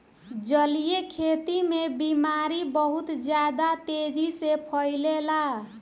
जलीय खेती में बीमारी बहुत ज्यादा तेजी से फइलेला